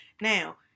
now